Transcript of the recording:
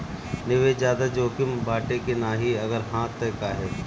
निवेस ज्यादा जोकिम बाटे कि नाहीं अगर हा तह काहे?